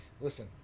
listen